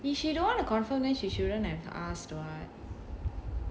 if you don't wanna confirm then she shouldn't have asked [what]